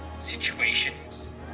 Situations